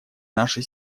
наши